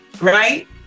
right